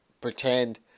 pretend